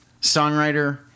songwriter